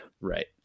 Right